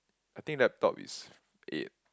I think laptop is aid